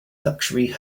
luxury